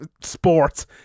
sports